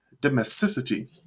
domesticity